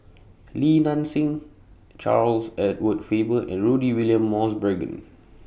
Li Nanxing Charles Edward Faber and Rudy William Mosbergen